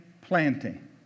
planting